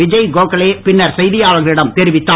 விஜய் கோகலே பின்னர் செய்தியாளர்களிடம் தெரிவித்தார்